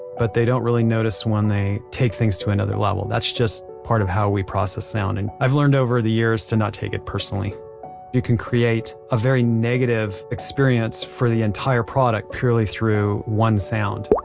but they don't really notice when they take things to another level. that's just part of how we process sound and i've learned over the years to not take it personally you can create a very negative experience for the entire product purely through one sound.